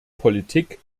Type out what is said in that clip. politik